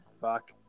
fuck